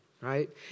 right